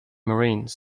marines